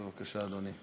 בבקשה, אדוני.